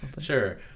Sure